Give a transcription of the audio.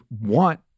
want